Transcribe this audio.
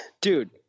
dude